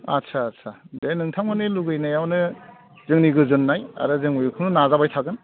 आच्चा आच्चा दे नोंथांमोननि लुबैनायावनो जोंनि गोजोन्नाय आरो जोंबो बिखौनो नाजाबाय थागोन